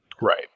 Right